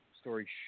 story